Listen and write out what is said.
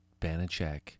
Banachek